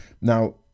Now